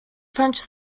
french